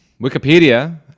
wikipedia